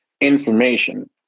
information